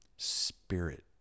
spirit